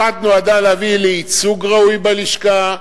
אחת נועדה להביא לייצוג ראוי בלשכה,